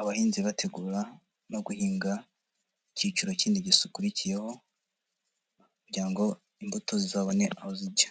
abahinzi bategura no guhinga icyiciro kindi gikurikiyeho kugira ngo imbuto zizabone aho zijya.